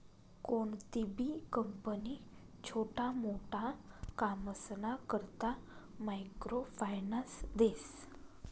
कोणतीबी कंपनी छोटा मोटा कामसना करता मायक्रो फायनान्स देस